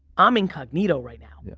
i'm incognito right now. yeah